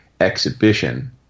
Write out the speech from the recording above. exhibition